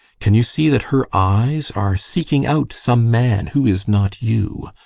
can you see that her eyes are seeking out some man who is not you?